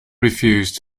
refused